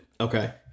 Okay